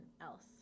else